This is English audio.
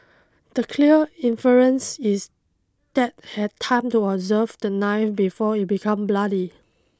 the clear inference is that had time to observe the knife before it become bloody